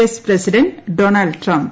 S president Donald Trump